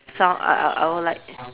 sound I I I will like